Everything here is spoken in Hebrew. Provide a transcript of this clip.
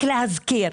להזכיר,